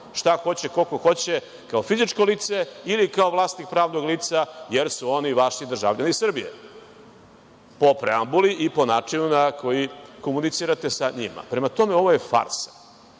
šta hoće, koliko hoće kao fizičko lice ili kao vlasnik pravnog lica, jer su oni vaši državljani Srbije, po preambuli i po načinu na koji komunicirate sa njima. Prema tome, ovo je farsa.